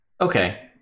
Okay